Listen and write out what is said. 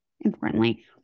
importantly